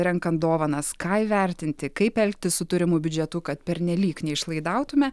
renkant dovanas ką įvertinti kaip elgtis su turimu biudžetu kad pernelyg neišlaidautume